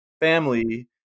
family